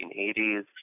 1980s